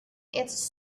its